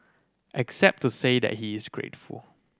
except to say that he is grateful